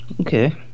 Okay